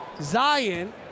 Zion